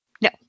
No